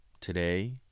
today